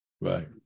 Right